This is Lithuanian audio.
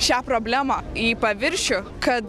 šią problemą į paviršių kad